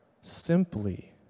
simply